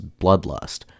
bloodlust